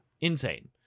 insane